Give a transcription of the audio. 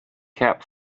cap